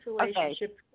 relationship